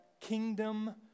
kingdom